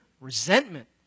resentment